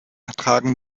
tragen